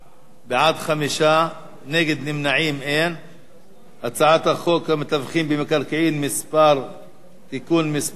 חוק המתווכים במקרקעין (תיקון מס' 7),